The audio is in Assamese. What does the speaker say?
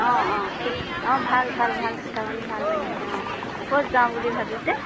অঁ অঁ ঠিক অঁ ভাল ভাল ভাল কথা শুনি ভাল লাগিছে ক'ত যাওঁ বুলি ভাবিছে